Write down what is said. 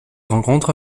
rencontre